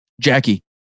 Jackie